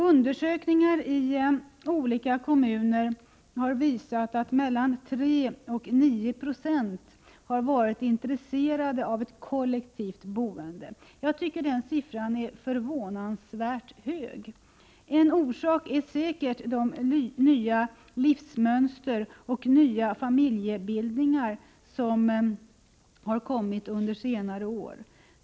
Undersökningar i olika kommuner har visat att mellan 3 96 och 9 26 har varit intresserade av ett kollektivt boende. Jag tycker den siffran är förvånansvärt hög. En orsak är säkert de nya livsmönster och nya familjebildningar som har kommit under senare år.